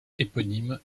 éponyme